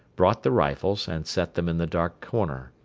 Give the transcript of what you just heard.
brought the rifles and set them in the dark corner.